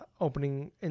opening